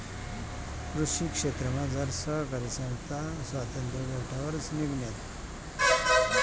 कृषी क्षेत्रमझार सहकारी संस्था स्वातंत्र्य भेटावरच निंघण्यात